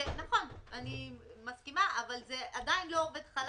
נכון, אני מסכימה, אבל זה עדיין לא עובד חלק.